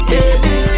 Baby